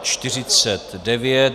49.